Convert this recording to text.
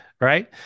Right